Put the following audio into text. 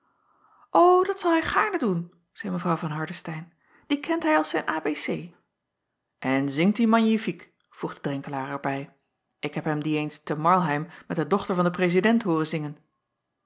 dat zal hij gaarne doen zeî w van ardestein die kent hij als zijn a b c n zingt die magnifiek voegde renkelaer er bij ik heb hem die eens te arlheim met de dochter van den prezident hooren zingen